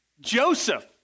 Joseph